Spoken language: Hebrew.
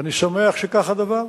ואני שמח שכך הדבר.